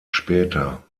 später